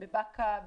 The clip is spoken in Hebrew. בבאקה,